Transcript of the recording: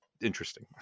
interesting